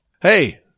Hey